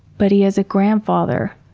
but he has a grandfather.